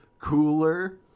cooler